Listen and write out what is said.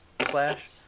Slash